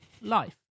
Life